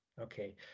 okay